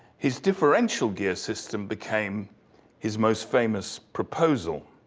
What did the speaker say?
his differential gear system became his most famous proposal.